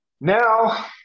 Now